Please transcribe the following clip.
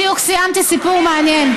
בדיוק סיימתי סיפור מעניין.